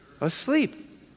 Asleep